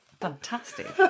Fantastic